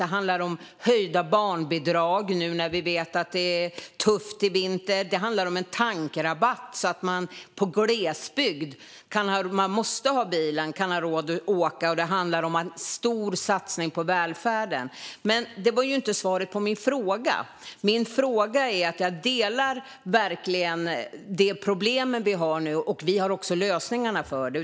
Den handlar om höjda barnbidrag nu när vi vet att det är tufft i vinter. Den handlar om en tankrabatt, så att man i glesbygd, där man måste ha bilen, har råd att åka. Den handlar om en stor satsning på välfärden. Men detta var inte svar på min fråga. Jag instämmer verkligen i de problem som vi har, och vi har också lösningarna på dem.